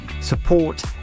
support